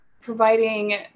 providing